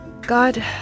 God